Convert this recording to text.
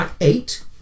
eight